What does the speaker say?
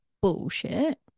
bullshit